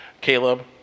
Caleb